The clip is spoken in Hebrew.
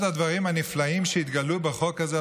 אחד הדברים הנפלאים שהתגלו בחוק הזה,